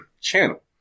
channel